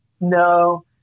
No